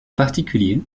particulier